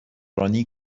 رانی